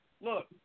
Look